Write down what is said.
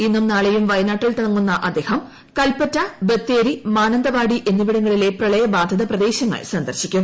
ഇന്നും നാളെയും വയനാട്ടിൽ തങ്ങുന്ന അദ്ദേക്ക് കൽപ്പറ്റ ബത്തേരി മാനന്തവാടി എന്നിവിടങ്ങളിലെ പ്രളയബാ്ധിത പ്രദേശങ്ങൾ സന്ദർശിക്കും